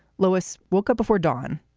lois woke up before dawn,